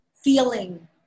feeling